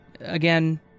Again